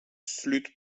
slut